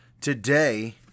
Today